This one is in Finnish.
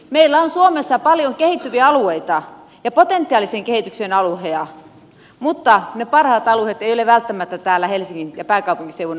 meillä on suomessa paljon kehittyviä alueita ja potentiaalisen kehityksen alueita mutta ne parhaat alueet eivät ole välttämättä täällä helsingin ja pääkaupunkiseudun alueella